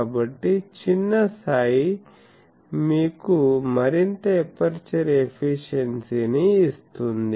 కాబట్టి చిన్న Ψ మీకు మరింత ఎపర్చరు ఎఫిషియెన్సీ ని ఇస్తుంది